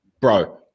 bro